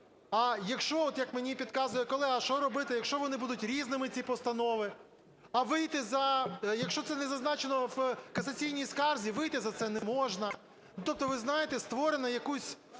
А якщо, як мені підказує колега, що робити, якщо вони будуть різними, ці постанови? А вийти за… якщо це не зазначено в касаційній скарзі, вийти за це не можна. Тобто, ви знаєте, створено якусь